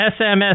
SMS